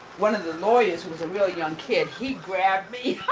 one of the lawyers was a real young kid. he grabbed me.